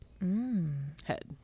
head